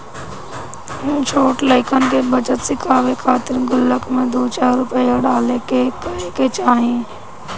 छोट लइकन के बचत सिखावे खातिर गुल्लक में दू चार रूपया डाले के कहे के चाही